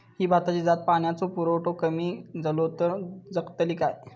ही भाताची जात पाण्याचो पुरवठो कमी जलो तर जगतली काय?